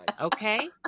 Okay